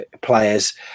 players